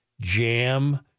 jam